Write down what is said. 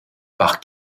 par